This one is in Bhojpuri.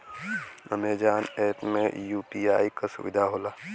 अमेजॉन ऐप में यू.पी.आई क सुविधा होला